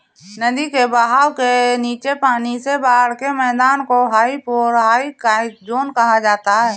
नदी के बहाव के नीचे पानी से बाढ़ के मैदान को हाइपोरहाइक ज़ोन कहा जाता है